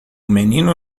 menino